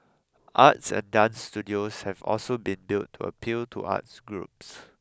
arts and dance studios have also been built to appeal to arts groups